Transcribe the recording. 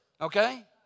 Okay